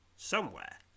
Somewhere